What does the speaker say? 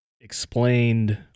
explained